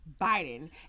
Biden